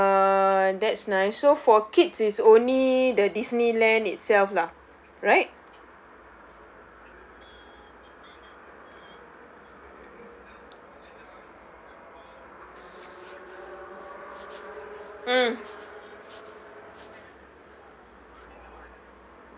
uh that's nice so for kids is only the disneyland itself lah right mm